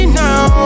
now